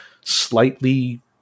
slightly